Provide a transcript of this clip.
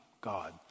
God